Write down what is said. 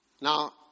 Now